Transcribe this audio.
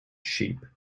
sheep